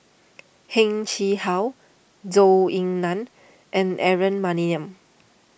Heng Chee How Zhou Ying Nan and Aaron Maniam